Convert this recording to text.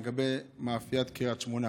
על מאפיית קריית שמונה.